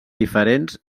diferents